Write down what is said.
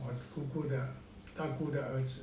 我姑姑的大姑的儿子